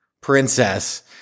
Princess